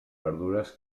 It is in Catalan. verdures